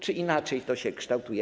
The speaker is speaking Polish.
Czy inaczej to się kształtuje?